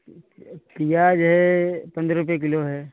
प्याज है पंद्रह रुपये किलो है